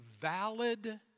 valid